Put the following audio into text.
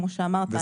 כמו שאמרת,